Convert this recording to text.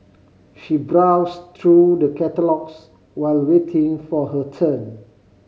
she browsed through the catalogues while waiting for her turn